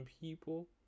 people